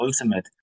ultimate